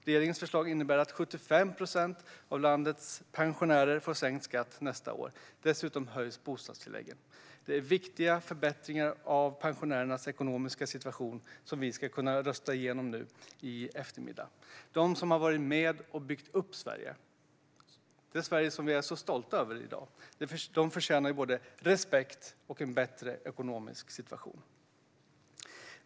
Regeringens förslag innebär att 75 procent av landets pensionärer får sänkt skatt nästa år. Dessutom höjs bostadstillägget. Det är viktiga förbättringar av pensionärernas ekonomiska situation som vi ska rösta igenom nu i eftermiddag. De som har varit med och byggt Sverige, det Sverige som vi är så stolta över i dag, förtjänar både respekt och en bättre ekonomisk situation.